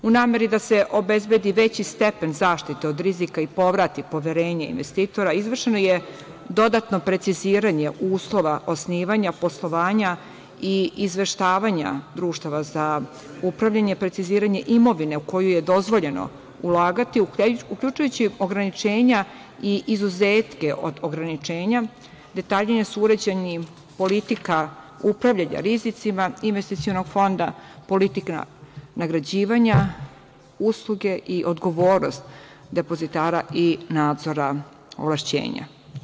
U nameri da se obezbedi veći stepen zaštite od rizika i povrati poverenje investitora, izvršeno je dodatno preciziranje u uslova osnivanja poslovanja i izveštavanja društava za upravljanje, preciziranje imovine u kojoj je dozvoljeno ulagati, uključujući i ograničenja i izuzetke od ograničenja, detaljnije su uređeni politika upravljanja rizicima investicionog fonda, politika nagrađivanja usluge i odgovornost depozitara i nadzora ovlašćenja.